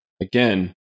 again